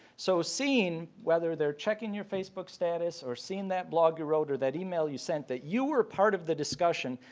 so seeing whether they're checking your facebook status or seeing that blog you wrote or that e-mail you sent that you were a part of the discussion,